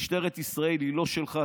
משטרת ישראל היא לא שלך.